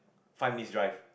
five minutes drive